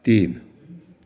तीन